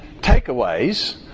takeaways